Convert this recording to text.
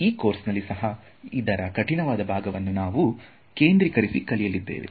ಈ ಕೋರ್ಸ್ನಲ್ಲಿ ಸಹ ಇದರ ಕಠಿಣವಾದ ಭಾಗವನ್ನು ನಾವು ಕೇಂದ್ರೀಕರಿಸಿ ಕಲಿಯಲಿದ್ದೇವೆ